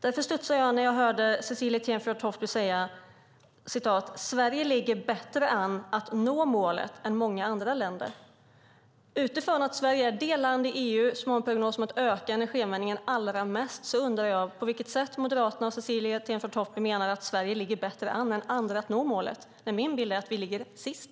Därför studsade jag när jag hörde Cecilie Tenfjord-Toftby säga att Sverige ligger bättre till för att nå målet än många andra länder. Eftersom Sverige är det land i EU som enligt prognoserna kommer att öka energianvändningen allra mest undrar jag på vilket sätt Moderaterna och Cecilie Tenfjord-Toftby menar att Sverige ligger bättre till för att nå målet än andra. Min bild är att vi ligger sist.